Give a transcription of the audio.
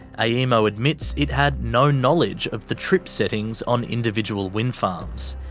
aemo admits it had no knowledge of the trip settings on individual wind farms.